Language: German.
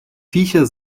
viecher